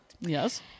Yes